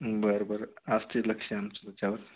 बर बर असते लक्ष आमचं च्यावर